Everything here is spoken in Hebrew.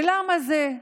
ולמה זה?